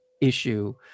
issue